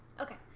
Okay